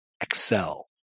excel